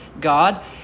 God